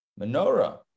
menorah